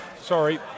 sorry